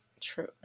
true